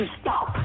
stop